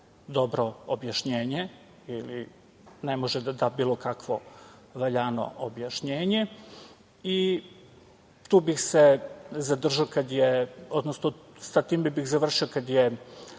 dobro objašnjenje, ili ne može da da bilo kakvo objašnjenje. Tu bih se zadržao, odnosno sa time bih završio, kad je